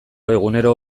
egunero